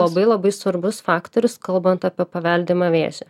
labai labai svarbus faktorius kalbant apie paveldimą vėžį